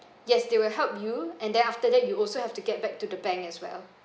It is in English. yes they will help you and then after that you also have to get back to the bank as well